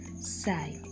side